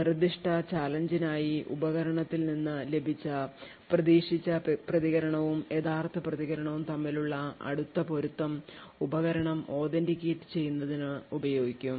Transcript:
നിർദ്ദിഷ്ട ചാലഞ്ച് നായി ഉപകരണത്തിൽ നിന്ന് ലഭിച്ച പ്രതീക്ഷിച്ച പ്രതികരണവും യഥാർത്ഥ പ്രതികരണവും തമ്മിലുള്ള അടുത്ത പൊരുത്തം ഉപകരണം authenticate ചെയ്യുന്നതിന് ഉപയോഗിക്കും